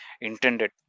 intended